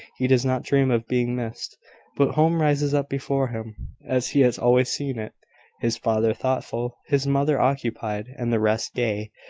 he does not dream of being missed but home rises up before him as he has always seen it his father thoughtful, his mother occupied, and the rest gay,